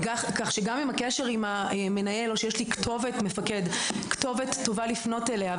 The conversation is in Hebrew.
כך שגם אם הקשר עם המפקד או שיש לי כתובת טובה לפנות אליה,